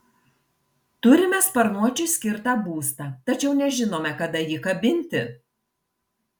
turime sparnuočiui skirtą būstą tačiau nežinome kada jį kabinti